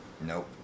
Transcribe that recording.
Nope